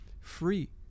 free